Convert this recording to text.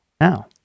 now